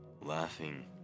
laughing